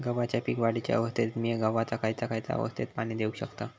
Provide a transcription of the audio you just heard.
गव्हाच्या पीक वाढीच्या अवस्थेत मिया गव्हाक खैयचा खैयचा अवस्थेत पाणी देउक शकताव?